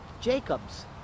Jacob's